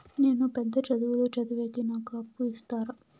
నేను పెద్ద చదువులు చదివేకి నాకు అప్పు ఇస్తారా